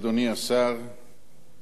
אדוני השר,